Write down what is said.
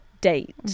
date